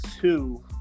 two